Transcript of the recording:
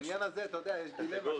בעניין הזה יש דילמה,